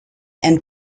and